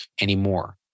anymore